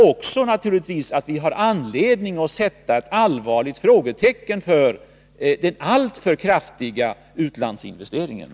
Vi har naturligtvis också anledning att sätta ett allvarligt frågetecken för alltför kraftiga utlandsinvesteringar.